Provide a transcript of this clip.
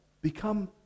become